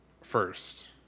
first